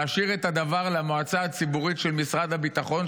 להשאיר את הדבר למועצה הציבורית של משרד הביטחון,